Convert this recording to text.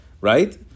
right